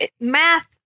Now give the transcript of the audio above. math